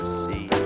see